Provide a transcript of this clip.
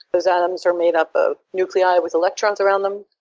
those atoms are made up of nuclei with electrons around them.